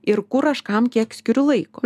ir kur aš kam kiek skiriu laiko